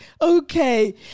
Okay